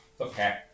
Okay